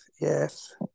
yes